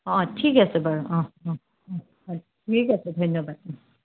অঁ অঁ ঠিক আছে বাৰু অহ অহ অঁ অহ ঠিক আছে ধন্যবাদ